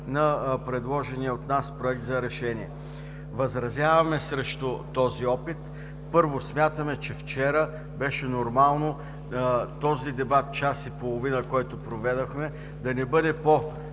на предложения от нас Проект за решение. Възразяваме срещу този опит. Първо, смятаме, че вчера беше нормално този дебат от час и половина, който проведохме, да не бъде по